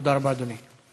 תודה רבה, אדוני.